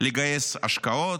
לגייס השקעות,